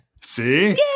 See